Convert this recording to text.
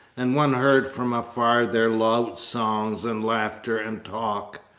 and one heard from afar their loud songs and laughter and talk.